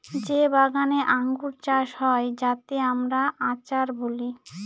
যে বাগানে আঙ্গুর চাষ হয় যাতে আমরা আচার বলি